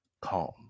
calm